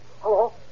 Hello